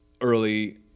early